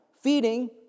feeding